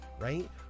right